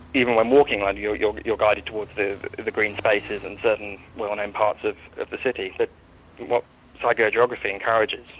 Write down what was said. even when walking ah you're you're but guided towards the the green spaces and certain well known parts of the city. but what psychogeography encourages,